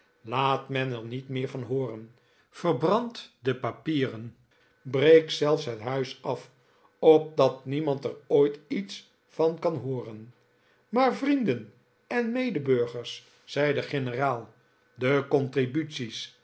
laat men er niet meer van hooren verbrand de papieren breek zelfs het huis af opdat niemand er ooit iets van kan hoo ren maar vrienden en medeburgers zei de generaal de